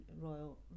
Royal